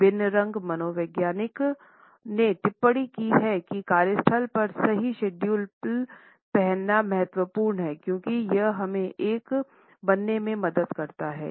विभिन्न रंग मनोवैज्ञानिकों ने टिप्पणी की है कि कार्यस्थल पर सही शेड्स पहनना महत्वपूर्ण है क्योंकि यह हमें एक बनाने में मदद करता है